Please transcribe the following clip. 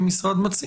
של הסעיף.